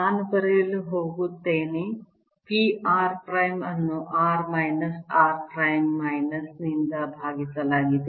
ನಾನು ಬರೆಯಲು ಹೋಗುತ್ತೇನೆ p r ಪ್ರೈಮ್ ಅನ್ನು r minus r prime minus ನಿಂದ ಭಾಗಿಸಲಾಗಿದೆ